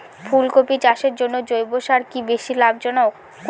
ফুলকপি চাষের জন্য জৈব সার কি বেশী লাভজনক?